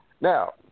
Now